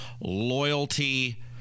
loyalty